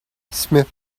smith